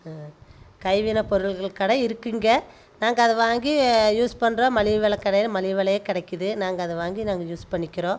கைவினை பொருட்கள் கடை இருக்குது இங்கே நாங்கள் அதை வாங்கி யூஸ் பண்ணுறோம் மலிவு விலைல கடையில் மலிவு விலைல கிடைக்கிது நாங்கள் அதை வாங்கி நாங்கள் யூஸ் பண்ணிக்கிறோம்